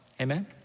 Amen